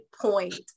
point